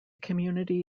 community